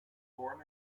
born